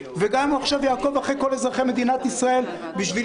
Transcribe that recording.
וגם אם עכשיו הוא יעקוב אחרי כל אזרחי מדינת ישראל בשביל